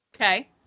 Okay